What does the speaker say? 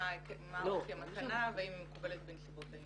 היקף המתנה והאם היא מקובלת והאם היא מקובלת בנסיבות העניין.